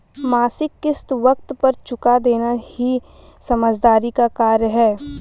मासिक किश्त वक़्त पर चूका देना ही समझदारी का कार्य है